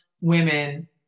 women